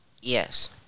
yes